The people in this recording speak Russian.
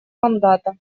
мандата